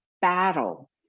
battle